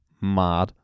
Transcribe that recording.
mad